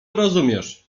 rozumiesz